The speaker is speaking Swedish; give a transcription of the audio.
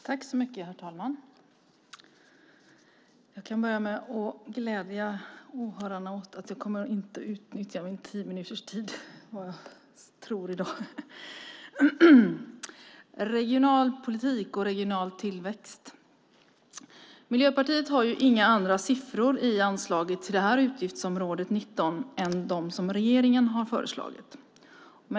Herr talman! Jag kan börja med att glädja åhörarna med att jag inte tror att jag kommer att utnyttja mina tio minuter i dag. När det gäller regionalpolitik och regional tillväxt har Miljöpartiet inga andra siffror i anslaget till utgiftsområde 19 än dem regeringen har föreslagit.